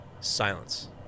Silence